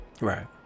Right